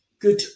good